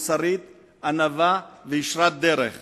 מוסרית, ענווה וישרת דרך